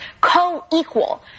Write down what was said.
co-equal